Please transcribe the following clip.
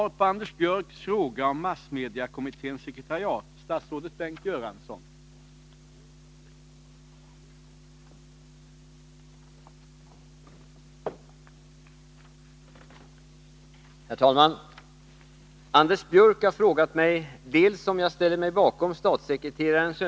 Om inte, är statsrådet Göransson beredd att lämna garantier för att en politisering av sekretariatet inte kommer att tillåtas äga rum?